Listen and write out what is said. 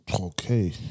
Okay